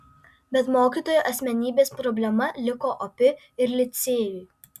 bet mokytojo asmenybės problema liko opi ir licėjui